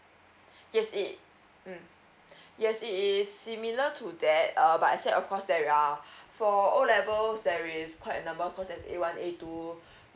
yes it mm yes it is similar to that err but as said of course that we are for O levels there is quite a number of course as A one A two